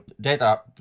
data